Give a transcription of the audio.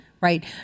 right